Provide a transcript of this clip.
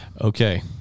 okay